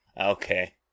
Okay